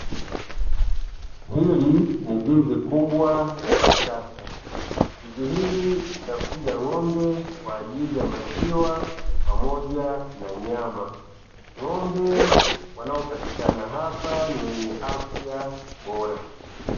Hili ni zizi kubwa na la kisasa, zizi hili linafuga ng'ombe kwa ajili ya maziwa pamoja na nyama, ng'ombe wanaopatikana hapa ni wenye afya bora.